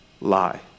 lie